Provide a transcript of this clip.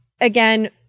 again